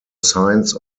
signs